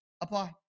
apply